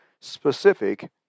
specific